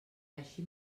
així